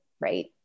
right